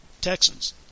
Texans